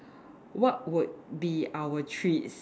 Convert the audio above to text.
what would be our treats